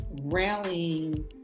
rallying